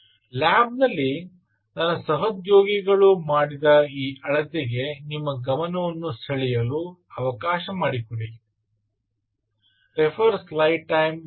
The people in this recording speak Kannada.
ಲ್ಯಾಬ್ ನಲ್ಲಿ ನನ್ನ ಸಹೋದ್ಯೋಗಿಗಳು ಮಾಡಿದ ಈ ಅಳತೆಗೆ ನಿಮ್ಮ ಗಮನವನ್ನು ಸೆಳೆಯಲು ಅವಕಾಶ ಮಾಡಿಕೊಡಿ